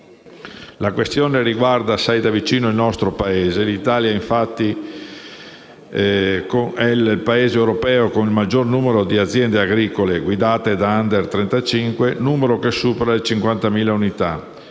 La questione riguarda assai da vicino il nostro Paese. L'Italia è infatti il Paese europeo con il maggior numero di aziende agricole guidate da *under* 35, numero che supera le 50.000 unità.